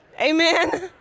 Amen